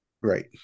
Right